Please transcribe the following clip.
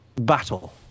battle